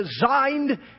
designed